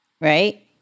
right